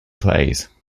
plays